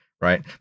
Right